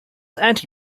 anti